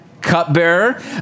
cupbearer